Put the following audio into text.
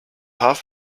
half